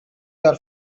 your